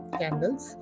candles